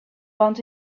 want